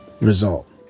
result